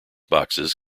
boxes